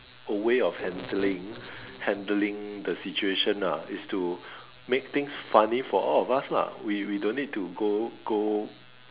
a way of handling handling the situation ah is to make things funny for all of us lah we we don't need to go go